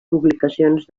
publicacions